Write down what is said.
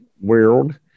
world